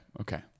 Okay